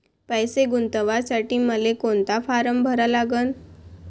पैसे गुंतवासाठी मले कोंता फारम भरा लागन?